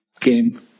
game